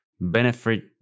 benefit